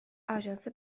آژانس